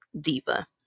Diva